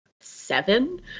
seven